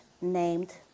named